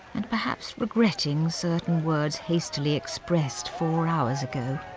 and perhaps regretting certain words hastily expressed four hours ago.